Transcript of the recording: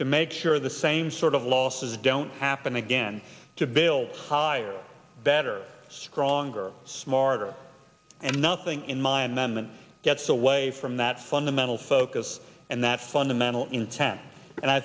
to make sure the same sort of losses don't happen again to build higher better stronger smarter and nothing in mind then gets away from that fundamental focus and that fundamental intent and i